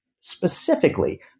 specifically